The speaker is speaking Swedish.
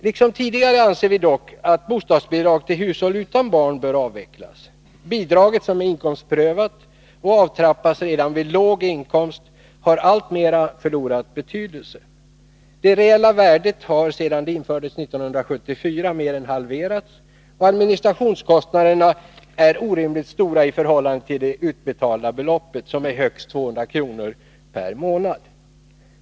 Liksom tidigare anser vi dock att bostadsbidrag till hushåll utan barn bör avvecklas. Bidraget, som är inkomstprövat och avtrappas redan vid låg inkomst, har alltmer förlorat betydelse. Det reella värdet har sedan det infördes 1974 mer än halverats, och administrationskostnaden är orimligt stor i förhållande till det utbetalda beloppet, som är högst 200 kr. per månad.